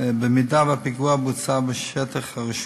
במידה שהפיגוע בוצע בשטח הרשות.